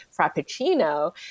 frappuccino